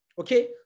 Okay